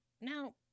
Now